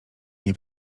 nie